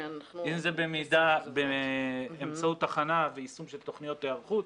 אם זה באמצעות הכנה ויישום של תוכניות להיערכות,